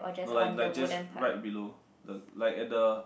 no like like just right below the like at the